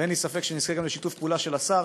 ואין לי ספק שנזכה גם לשיתוף פעולה של השר,